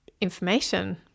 information